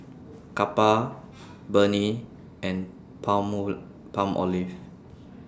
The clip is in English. Kappa Burnie and Palmolive